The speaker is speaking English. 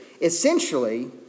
essentially